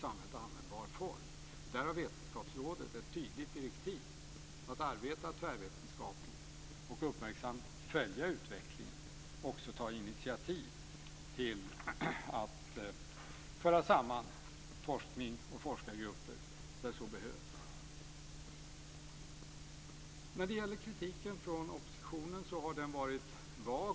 Där har vetenskapsrådet ett tydligt direktiv att arbeta tvärvetenskapligt, uppmärksamt följa utvecklingen och även ta initiativ till att föra samman forskning och forskargrupper där så behövs. Kritiken från oppositionen har varit vag.